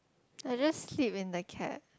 I just sleep in the cab